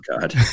God